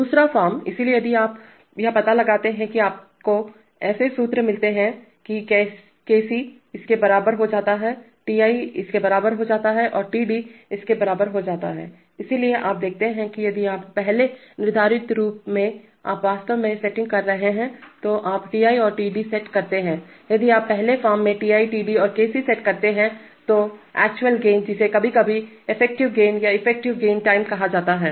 दूसरा फॉर्म इसलिए यदि आप यह पता लगाते हैं तो कि आपको ऐसे सूत्र मिलते हैं कि केसी इसके बराबर हो जाता है Ti' इसके बराबर हो जाता है और Td इसके बराबर हो जाता है इसलिए आप देखते हैं कि यदि आप पहले निर्धारित रूप में आप वास्तव में सेटिंग कर रहे हैं तो आप Ti और Td सेट करते हैं यदि आप पहले फॉर्म में Ti Td और Kc सेट करते हैं तो एक्चुअल गेन जिसे कभी कभी इफेक्टिव गेन और इफेक्टिव गेन टाइम कहा जाता है